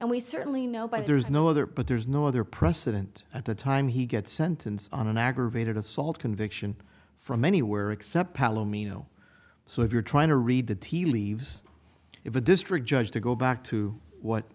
and we certainly know but there's no other but there's no other precedent at the time he gets sentenced on an aggravated assault conviction from anywhere except palomino so if you're trying to read the tealeaves if the district judge to go back to what